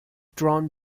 drawn